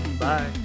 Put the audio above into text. Bye